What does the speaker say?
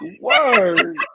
Word